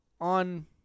on